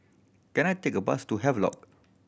can I take a bus to Havelock